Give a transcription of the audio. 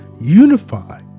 unify